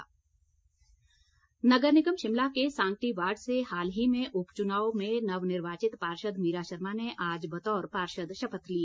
शपथ नगर निगम शिमला के सांगटी वार्ड से हाल ही में उपचुनाव में नवनिर्वाचित पार्षद मीरा शर्मा ने आज बतौर पार्षद शपथ ली